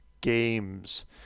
games